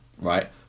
right